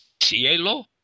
cielo